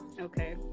Okay